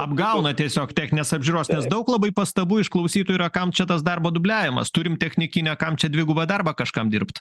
apgauna tiesiog techninės apžiūros nes daug labai pastabų išklausytų yra kam čia tas darbo dubliavimas turim technikinę kam čia dvigubą darbą kažkam dirbt